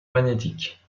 magnétique